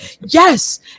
Yes